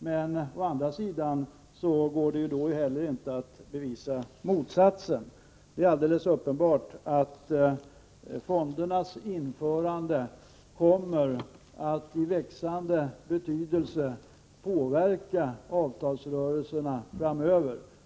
Men å andra sidan går det inte heller att bevisa motsatsen. Det är alldeles uppenbart att fondernas införande kommer att i växande grad påverka avtalsrörelserna framöver.